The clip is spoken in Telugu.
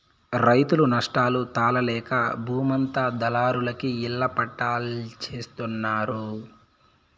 రైతులు నష్టాలు తాళలేక బూమంతా దళారులకి ఇళ్ళ పట్టాల్జేత్తన్నారు